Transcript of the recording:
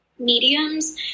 Mediums